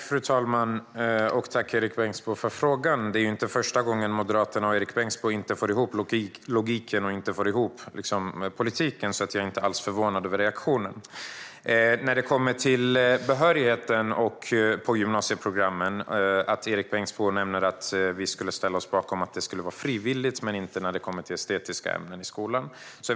Fru talman! Tack för frågan, Erik Bengtzboe! Det är inte första gången Moderaterna och Erik Bengtzboe inte får ihop logiken och politiken, så jag är inte alls förvånad över reaktionen. Erik Bengtzboe nämnde att vi skulle ställa oss bakom att det ska vara frivilligt med högskolebehörighet på gymnasieprogrammen men inte med estetiska ämnen i skolan.